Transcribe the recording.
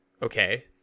Okay